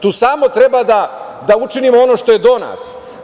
Tu samo treba da učinimo ono što je do nas.